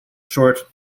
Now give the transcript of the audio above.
short